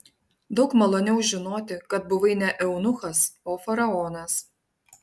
daug maloniau žinoti kad buvai ne eunuchas o faraonas